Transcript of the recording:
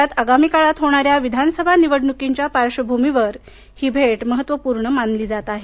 राज्यात आगामी काळात होणाऱ्या विधानसभा निवडणुकींच्या पार्श्वभूमीवर ही भेट महत्त्वपूर्ण मानली जात आहे